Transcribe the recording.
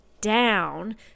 down